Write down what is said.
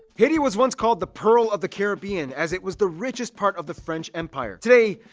haiti was once called the pearl of the carribean as it was the richest part of the french empire. today,